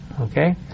Okay